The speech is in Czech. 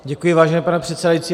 Děkuji, vážený pane předsedající.